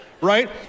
right